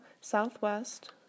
Southwest